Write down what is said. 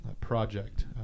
project